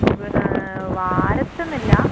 ഉവ്വ് ആ വാരത്തുന്ന് ഇല്ല